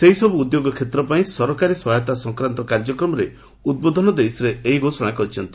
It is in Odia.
ସେହି ସବୁ ଉଦ୍ୟୋଗ କ୍ଷେତ୍ର ପାଇଁ ସରକାରୀ ସହାୟତା ସଂକ୍ରାନ୍ତ କାର୍ଯ୍ୟକ୍ରମରେ ଉଦ୍ବୋଧନ ଦେଇ ସେ ଏହି ଘୋଷଣା କରିଛନ୍ତି